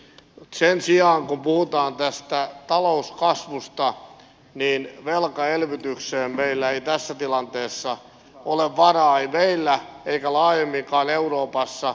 sen sijaan kun puhutaan tästä talouskasvusta niin velkaelvytykseen meillä ei tässä tilanteessa ole varaa ei meillä eikä laajemminkaan euroopassa